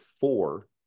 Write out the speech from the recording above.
four